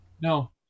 no